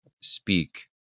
speak